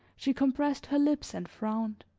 she compressed her lips and frowned.